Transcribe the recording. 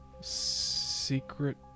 secret